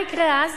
מה יקרה אז?